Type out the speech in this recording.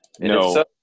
No